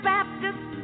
Baptist